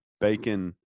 Bacon